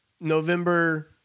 November